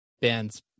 band's